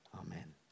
Amen